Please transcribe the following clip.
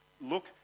Look